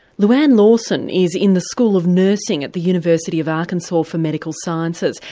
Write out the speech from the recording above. louanne lawson is in the school of nursing at the university of arkansas for medical sciences.